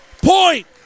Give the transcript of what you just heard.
point